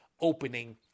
opening